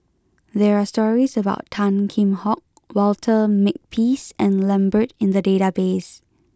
there are stories about Tan Kheam Hock Walter Makepeace and Lambert in the database